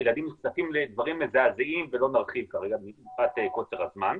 הילדים נחשפים לדברים מזעזעים ולא נרחיב מפאת קוצר הזמן.